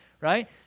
right